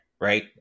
right